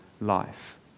life